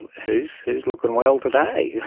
and who's who's looking well today? it